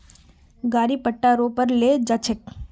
गाड़ी पट्टा रो पर ले जा छेक